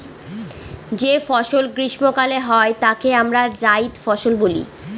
যে ফসল গ্রীস্মকালে হয় তাকে আমরা জাইদ ফসল বলি